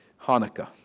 Hanukkah